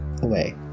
away